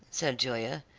said julia,